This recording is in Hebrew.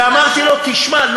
ואמרתי לו: תשמע,